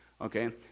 okay